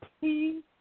Please